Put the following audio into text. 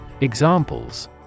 examples